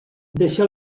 deixa